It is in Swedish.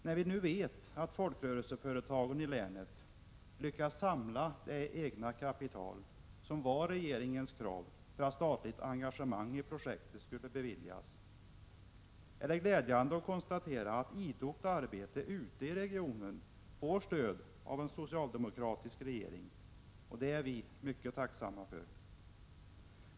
När vi nu vet att folkrörelseföretagen i länet lyckats samla det egna kapital som var regeringens krav för att statligt engagemang i projektet skulle beviljas är det glädjande att konstatera att idogt arbete ute i regionen får stöd av en socialdemokratisk regering. Det är vi mycket tacksamma för.